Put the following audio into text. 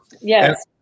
yes